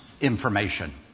information